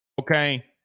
Okay